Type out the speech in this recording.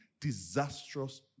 disastrous